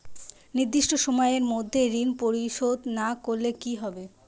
নির্দিষ্ট সময়ে মধ্যে ঋণ পরিশোধ না করলে কি হবে?